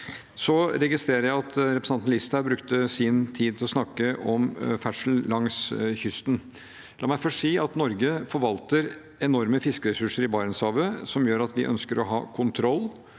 Så registrerer jeg at representanten Listhaug brukte sin tid til å snakke om ferdsel langs kysten. La meg først si at Norge forvalter enorme fiskeressurser i Barentshavet, som gjør at vi ønsker å ha kontroll,